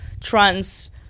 trans